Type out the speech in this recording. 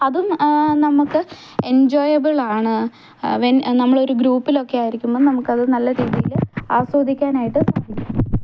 അതും നമുക്ക് എന്ജോയബിൾ ആണ് വെൻ നമ്മൾ ഒരു ഗ്രൂപ്പിൽ ഒക്കെ ആയിരിക്കുമ്പം നമുക്കത് നല്ല രീതിക്ക് ആസ്വദിക്കാനായിട്ട്